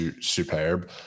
superb